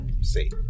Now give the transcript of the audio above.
See